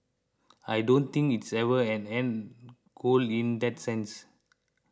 I don't think it's ever an end goal in that sense